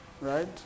right